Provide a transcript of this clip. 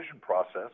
process